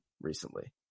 recently